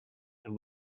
and